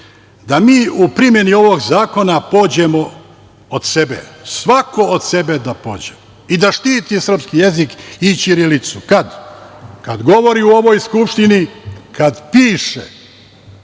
da mi u primeni ovog zakona pođemo od sebe. Svako od sebe da pođe i štiti srpski jezik i ćirilicu. Kad? Kad govori u ovoj Skupštini, kad piše